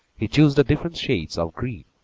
he chose the different shades of green,